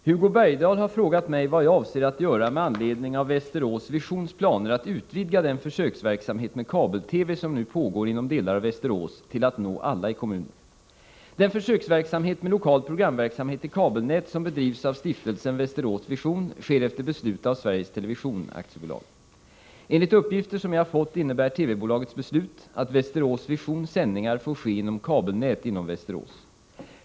Herr talman! Hugo Bergdahl har frågat mig vad jag avser att göra med anledning av Västerås Visions planer att utvidga den försöksverksamhet med kabel-TV som nu pågår inom delar av Västerås till att nå alla i kommunen. Den försöksverksamhet med lokal programverksamhet i kabelnät som bedrivs av Stiftelsen Västerås Vision sker efter beslut av Sveriges Television AB. Enligt uppgifter som jag har fått innebär TV-bolagets beslut att Västerås Visions sändningar får ske inom kabelnät i Västerås.